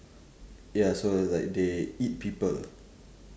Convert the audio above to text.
ya so it's like they eat people